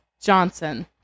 Johnson